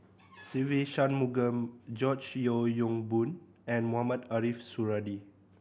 Se Ve Shanmugam George Yeo Yong Boon and Mohamed Ariff Suradi